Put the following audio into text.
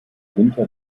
winter